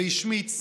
שעמד כאן.